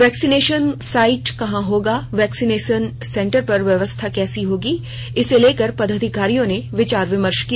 vaccination site कहां होंगे vaccination centre पर व्यवस्था कैसी होगी इसे लेकर पदाधिकारियों ने विचार विमर्श किया